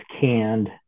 canned